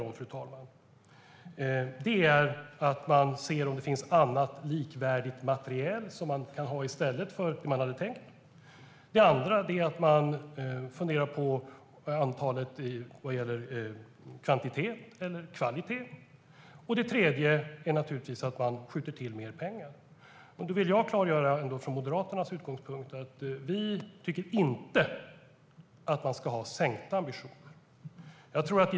Det första är att man ser om det finns annat likvärdigt materiel som man kan ha i stället för det man hade tänkt, det andra är att man funderar på antalet - kvantitet eller kvalitet - och det tredje är att man skjuter till mer pengar. Jag vill klargöra Moderaternas utgångspunkt. Vi tycker inte att man ska ha sänkta ambitioner.